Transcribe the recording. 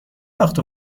وقت